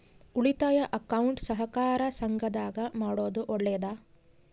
ಉಳಿತಾಯ ಅಕೌಂಟ್ ಸಹಕಾರ ಸಂಘದಾಗ ಮಾಡೋದು ಒಳ್ಳೇದಾ?